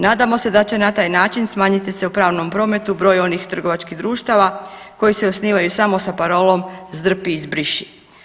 Nadamo se da će na taj način smanjiti se u pravom prometu broj onih trgovačkih društava koji se osnivaju samo sa parolom zdrpi i zbriši.